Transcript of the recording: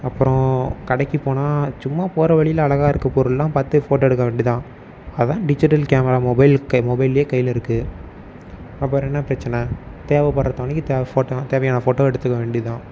அப்புறம் கடைக்குப்போனால் சும்மா போகிற வழியில் அழகாக இருக்கற பொருளெலாம் பார்த்து ஃபோட்டோ எடுக்க வேண்டி தான் அதுதான் டிஜிட்டல் கேமரா மொபைல்க்கே மொபைலிலேயே கையில் இருக்குது அப்புறம் என்ன பிரச்சனை தேவப்படுற ஃபோட்டோ தேவையான ஃபோட்டோவை எடுத்துக்க வேண்டி தான்